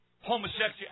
homosexuality